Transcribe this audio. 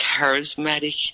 charismatic